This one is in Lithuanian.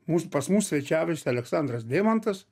mums pas mus svečiavosi aleksandras deimantas